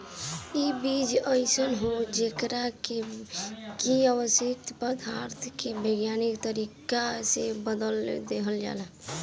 इ बीज अइसन होला जेकरा के की अनुवांशिक पदार्थ के वैज्ञानिक तरीका से बदल देहल जाला